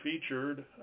featured